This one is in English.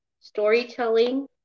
storytelling